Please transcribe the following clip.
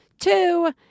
Two